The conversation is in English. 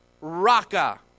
Raka